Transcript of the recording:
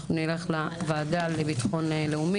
אנחנו נלך לוועדה לביטחון לאומי.